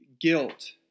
guilt